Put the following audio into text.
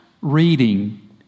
reading